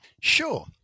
Sure